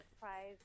prize